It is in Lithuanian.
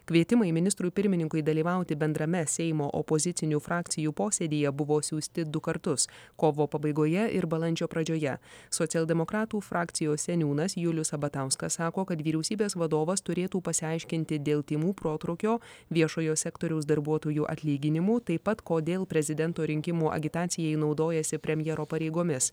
kvietimai ministrui pirmininkui dalyvauti bendrame seimo opozicinių frakcijų posėdyje buvo siųsti du kartus kovo pabaigoje ir balandžio pradžioje socialdemokratų frakcijos seniūnas julius sabatauskas sako kad vyriausybės vadovas turėtų pasiaiškinti dėl tymų protrūkio viešojo sektoriaus darbuotojų atlyginimų taip pat kodėl prezidento rinkimų agitacijai naudojasi premjero pareigomis